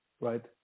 right